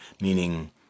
meaning